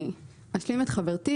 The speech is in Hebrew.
אני אשלים את דברי חברתי,